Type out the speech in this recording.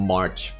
March